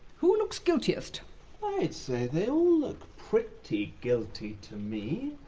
who looks guiltiest? i'd say they all look pretty guilty to me,